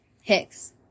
Hicks